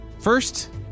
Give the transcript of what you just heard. first